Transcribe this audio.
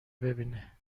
ببینه